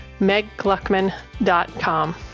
meggluckman.com